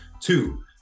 two